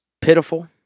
pitiful